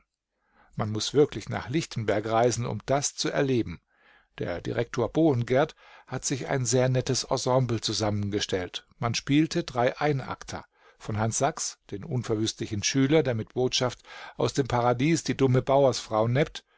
man muß wirklich nach lichtenberg reisen um das zu erleben der direktor bohengerdt hat sich ein sehr nettes ensemble zusammengestellt man spielte drei einakter von hans sachs unverwüstlichen schüler der mit botschaft aus dem paradies die dumme bauersfrau neppt